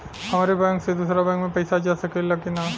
हमारे बैंक से दूसरा बैंक में पैसा जा सकेला की ना?